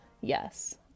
Yes